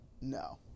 no